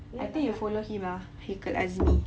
I think you follow him lah haikel azni